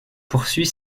poursuit